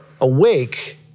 awake